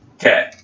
okay